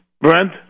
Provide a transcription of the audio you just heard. Brent